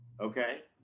Okay